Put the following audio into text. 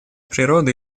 природы